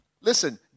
Listen